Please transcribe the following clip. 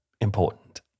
important